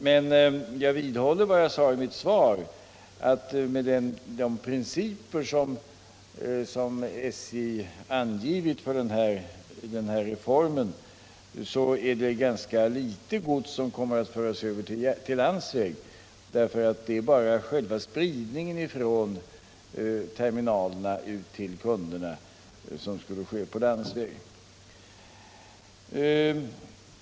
Men jag vidhåller vad jag sade i mitt svar, att med de principer som SJ angivit för den här reformen blir det ganska litet gods som kommer att föras över till landsväg. Det är bara själva spridningen från terminalerna ut till kunderna som skulle ske på landsväg.